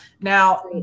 Now